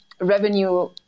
revenue